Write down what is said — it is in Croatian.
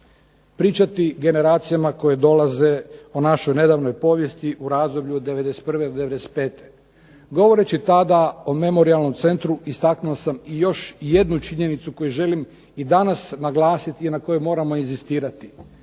pričati generacijama koje dolaze o našoj nedavnoj prošlosti u razdoblju 91. do 95. Govoreći tada o memorijalnom centru istaknuo sam još jednu činjenicu koju želim i danas naglasiti i na kojoj moramo inzistirati.